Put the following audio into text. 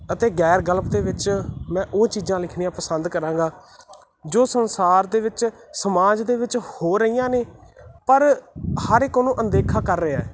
ਅਤੇ ਗੈਰ ਗਲਪ ਦੇ ਵਿੱਚ ਮੈਂ ਉਹ ਚੀਜ਼ਾਂ ਲਿਖਣੀਆਂ ਪਸੰਦ ਕਰਾਂਗਾ ਜੋ ਸੰਸਾਰ ਦੇ ਵਿੱਚ ਸਮਾਜ ਦੇ ਵਿੱਚ ਹੋ ਰਹੀਆਂ ਨੇ ਪਰ ਹਰ ਇਕ ਉਹਨੂੰ ਅਣਦੇਖਾ ਕਰ ਰਿਹਾ